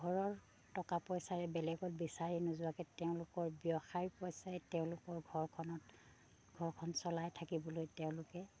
ঘৰৰ টকা পইচাই বেলেগত বিচাৰি নোযোৱাকে তেওঁলোকৰ ব্যৱসায় পইচাই তেওঁলোকৰ ঘৰখনত ঘৰখন চলাই থাকিবলৈ তেওঁলোকে